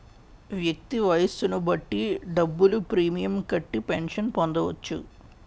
వ్యక్తి వయస్సును బట్టి డబ్బులు ప్రీమియం కట్టి పెన్షన్ పొందవచ్చు